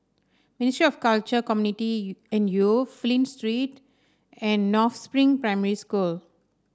Ministry of Culture Community and Youth Flint Street and North Spring Primary School